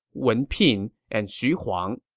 wen pin, and xu huang.